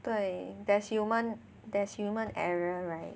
对 there's human there's human error right